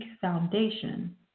foundation